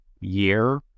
year